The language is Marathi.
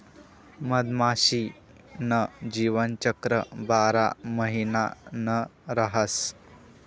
मधमाशी न जीवनचक्र बारा महिना न रहास